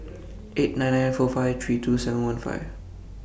eight nine nine four five three two seven one five